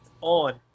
on